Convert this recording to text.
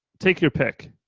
take your pick.